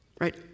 right